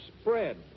spread